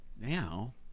Now